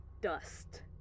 dust